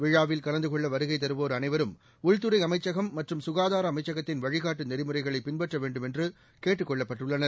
விழாவில் கலந்து கொள்ள வருகை தருவோர் அனைவரும் உள்துறை அமைச்சகம் மற்றும் சுகாதார அமைச்சகத்தின் வழிகாட்டு நெறிமுறைகளை பின்பற்ற வேண்டும் என்று கேட்டுக் கொள்ளப்பட்டுள்ளனர்